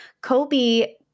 Kobe